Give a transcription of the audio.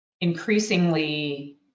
increasingly